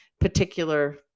particular